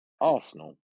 Arsenal